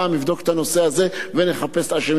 יבדוק את הנושא הזה ונחפש את האשמים.